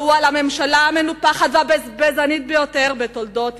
והוא על הממשלה המנופחת והבזבזנית ביותר בתולדות ישראל.